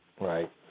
right